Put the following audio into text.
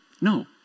No